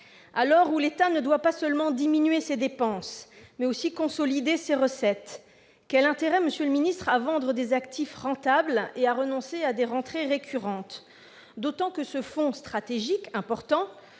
l'heure où l'État doit non pas seulement diminuer ses dépenses, mais aussi consolider ses recettes, quel intérêt y a-t-il à vendre des actifs rentables et renoncer à des rentrées d'argent récurrentes ? D'autant que ce fonds stratégique- important